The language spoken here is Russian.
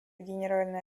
генеральная